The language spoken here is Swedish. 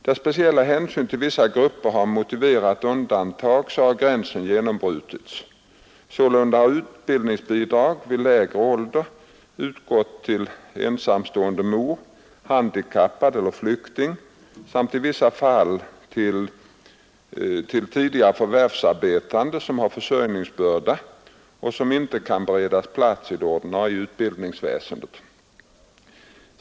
Där speciella hänsyn till vissa grupper har motiverat undantag har gränsen genombrutits, Sålunda kan utbildningsbidrag vid lägre ålder utgå till ensamstående mor, handikappad eller flykting samt i vissa fall till tidigare förvärvsarbetande som har försörjningsbörda och som inte kan beredas plats i det ordinarie utbildningsväsendet.